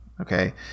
okay